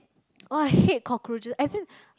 oh I hate cockroaches as in